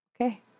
okay